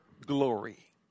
glory